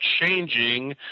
changing